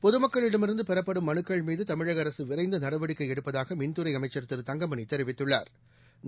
பொதுமக்களிடமிருந்து பெறப்படும் மனுக்கள் மீது தமிழக அரசு விரைந்து நடவடிக்கை எடுப்பதாக மின்துறை அமைச்சள் திரு தங்கமணி தெரிவித்துள்ளாா்